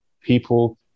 people